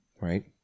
Right